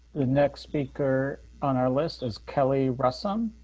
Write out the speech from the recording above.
the next speaker on our list is kelly russell.